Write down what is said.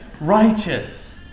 righteous